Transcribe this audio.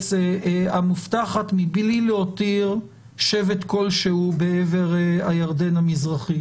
הארץ המובטחת מבלי להותיר שבט כלשהו בעבר הירדן המזרחי.